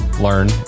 learn